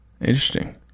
Interesting